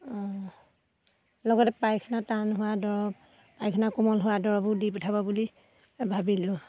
লগতে পায়খানা টান হোৱা দৰৱ পায়খানা কোমল হোৱা দৰৱো দি পঠাব বুলি ভাবিলোঁ